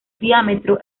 diámetro